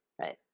right